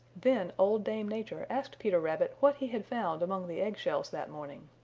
then old dame nature asked peter rabbit what he had found among the egg shells that morning.